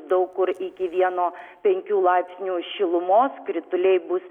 daug kur iki vieno penkių laipsnių šilumos krituliai bus